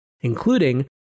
including